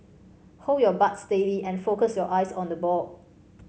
hold your bat steady and focus your eyes on the ball